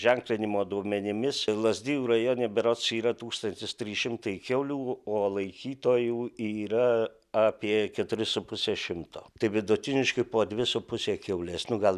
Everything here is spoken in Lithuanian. ženklinimo duomenimis lazdijų rajone berods yra tūkstantis trys šimtai kiaulių o laikytojų yra apie keturi su puse šimto tai vidutiniškai po dvi su puse kiaulės nu gal